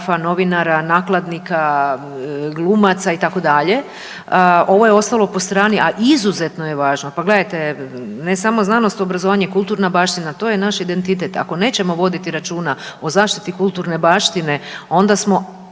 novinara, nakladnika, glumaca itd. ovo je ostalo po strani, a izuzetno je važno. Pa gledajte, ne samo znanost i obrazovanje, kulturna baština to je naš identitet, ako nećemo voditi računa o zaštiti kulturne baštine onda smo